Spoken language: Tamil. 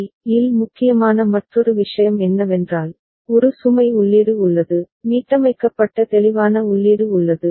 யில் முக்கியமான மற்றொரு விஷயம் என்னவென்றால் ஒரு சுமை உள்ளீடு உள்ளது மீட்டமைக்கப்பட்ட தெளிவான உள்ளீடு உள்ளது